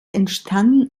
entstanden